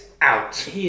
out